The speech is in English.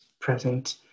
present